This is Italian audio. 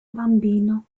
bambino